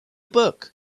book